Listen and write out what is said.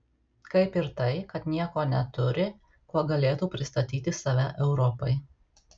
kaip ir tai kad nieko neturi kuo galėtų pristatyti save europai